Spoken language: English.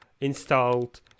installed